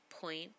point